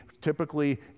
typically